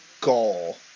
goal